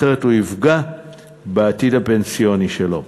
אחרת הוא יפגע בעתיד הפנסיוני שלו.